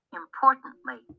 importantly